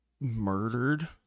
murdered